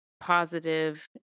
positive